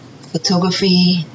Photography